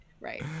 Right